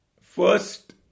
first